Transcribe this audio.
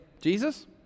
Jesus